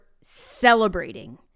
celebrating